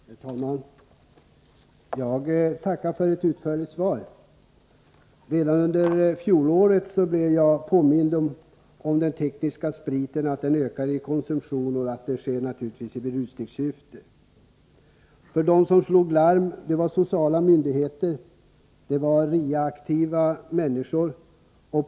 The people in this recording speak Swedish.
Herr talman! Jag tackar för ett utförligt svar. Redan under fjolåret blev jag påmind om att konsumtionen av den tekniska spriten ökade, och att ökningen berodde på att denna sprit i större utsträckning använts i berusningssyfte. De som slog larm var sociala myndigheter och RIA-aktiva människor.